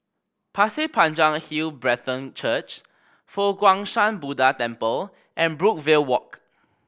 Pasir Panjang Hill Brethren Church Fo Guang Shan Buddha Temple and Brookvale Walk